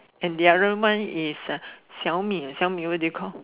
and the other one is uh xiao-mi what do you call